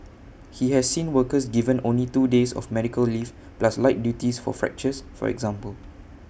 he has seen workers given only two days of medical leave plus light duties for fractures for example